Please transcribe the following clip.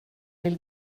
vill